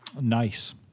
Nice